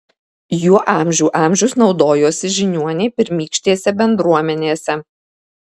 juo amžių amžius naudojosi žiniuoniai pirmykštėse bendruomenėse